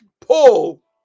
pull